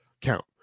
count